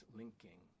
linking